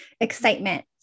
excitement